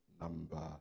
number